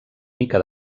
mica